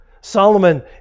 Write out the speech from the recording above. Solomon